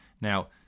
Now